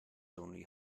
only